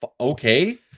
okay